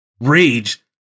Rage